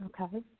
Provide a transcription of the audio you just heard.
Okay